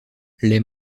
les